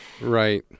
Right